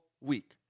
week